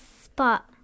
Spot